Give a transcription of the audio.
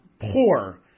poor